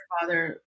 father